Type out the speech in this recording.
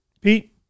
Pete